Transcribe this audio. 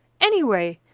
anyway,